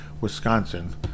Wisconsin